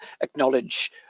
acknowledge